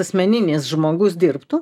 asmeninis žmogus dirbtų